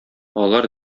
алар